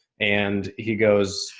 and he goes,